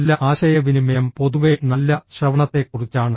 നല്ല ആശയവിനിമയം പൊതുവെ നല്ല ശ്രവണത്തെക്കുറിച്ചാണ്